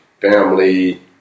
Family